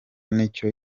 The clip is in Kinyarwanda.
nicyo